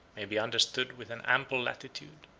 may be understood with an ample latitude.